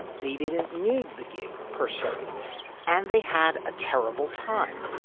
they didn't need the gig persay and they had a terrible time.